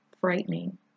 frightening